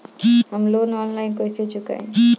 हम loan online कइसे चुकाई?